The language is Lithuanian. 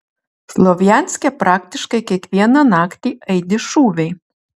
slovjanske praktiškai kiekvieną naktį aidi šūviai